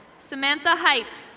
samantha height.